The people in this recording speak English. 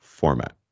Format